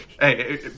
Hey